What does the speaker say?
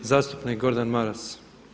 Zastupnik Gordan Maras.